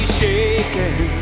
shaken